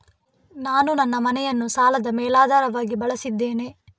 ನಾನು ನನ್ನ ಮನೆಯನ್ನು ಸಾಲದ ಮೇಲಾಧಾರವಾಗಿ ಬಳಸಿದ್ದೇನೆ